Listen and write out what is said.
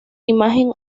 imagen